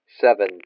Seven